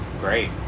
great